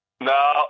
No